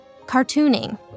cartooning